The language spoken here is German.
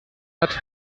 hat